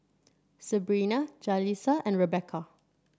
Sebrina Jalissa and Rebecca